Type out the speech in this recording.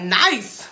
nice